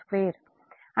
u